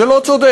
זה לא צודק,